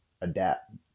adapt